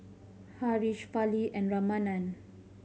Haresh Fali and Ramanand